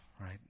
right